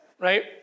right